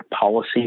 policy